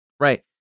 Right